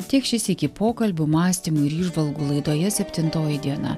tiek šį sykį pokalbių mąstymų ir įžvalgų laidoje septintoji diena